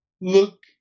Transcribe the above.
look